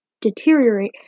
deteriorate